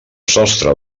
sostre